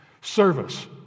Service